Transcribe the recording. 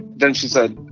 then she said,